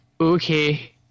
Okay